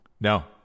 No